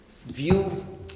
view